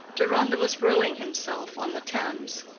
deronda was rowing himself on the thames.